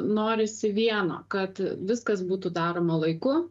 norisi vieno kad viskas būtų daroma laiku